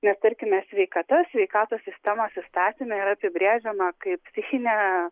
nes tarkime sveikata sveikatos sistemos įstatyme yra apibrėžiama kaip psichinė